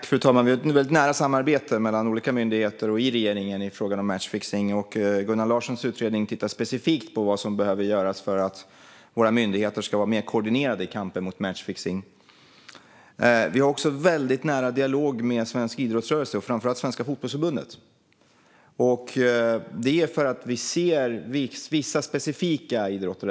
Fru talman! Vi har ett väldigt nära samarbete mellan olika myndigheter och i regeringen i frågan om matchfixning. Gunnar Larssons utredning tittar specifikt på vad som behöver göras för att våra myndigheter ska vara mer koordinerade i kampen mot matchfixning. Vi har också en väldigt nära dialog med svensk idrottsrörelse och framför allt Svenska Fotbollförbundet. Det är för att vi ser att riskerna är stora i vissa specifika idrotter.